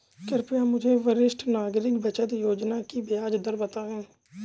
कृपया मुझे वरिष्ठ नागरिक बचत योजना की ब्याज दर बताएं?